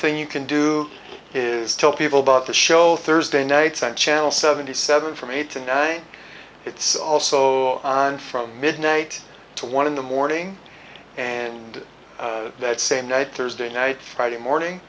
you can do is tell people about the show thursday nights on channel seventy seven from eight to nine it's also on from midnight to one in the morning and that same night thursday night friday morning